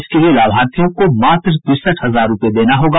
इसके लिए लाभार्थियों को मात्र तिरसठ हजार रूपये देना होगा